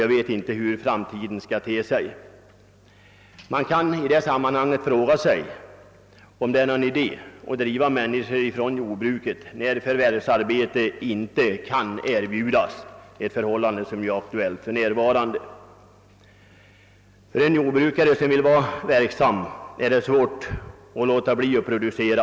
Jag vet inte hur framtiden skall te sig. Man kan i det sammanhanget fråga sig, om det är någon idé att driva människor från deras jordbruk när annat förvärvsarbete inte kan erbjudas, ett förhållande som är aktuellt för närva rande. För en verksam jordbrukare är det svårt att låta bli att producera.